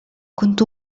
كنت